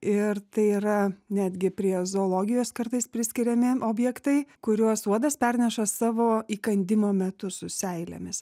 ir tai yra netgi prie zoologijos kartais priskiriami objektai kuriuos uodas perneša savo įkandimo metu su seilėmis